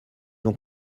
ont